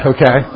Okay